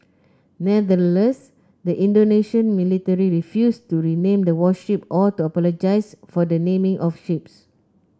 nevertheless the Indonesian military refused to rename the warships or to apologise for the naming of ships